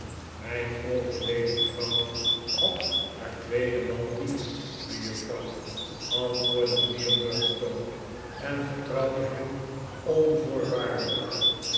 mijn overleden vrouw had haar tweeden man lief mejuffrouw antwoordde mijnheer murdstone en vertrouwde hem onvoorwaardelijk